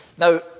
Now